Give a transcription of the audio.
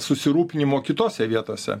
susirūpinimo kitose vietose